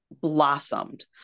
blossomed